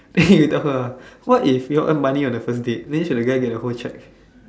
eh you tell her ah what if you all earn money on the first date then should the guy get the whole cheque